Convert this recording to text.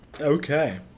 Okay